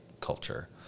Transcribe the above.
culture